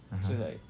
(uh huh)